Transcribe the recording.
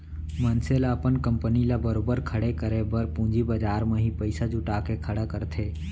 मनसे ल अपन कंपनी ल बरोबर खड़े करे बर पूंजी बजार म ही पइसा जुटा के खड़े करथे